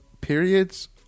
periods